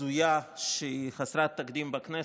הזויה שהיא חסרת תקדים בכנסת,